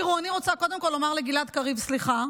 תראו, אני רוצה קודם כול לומר לגלעד קריב סליחה,